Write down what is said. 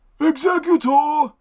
Executor